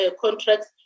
contracts